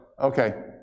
Okay